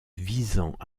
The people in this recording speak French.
visant